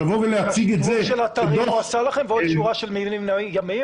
את האתר הוא עשה לכם ועוד שורה של בניינים ימיים.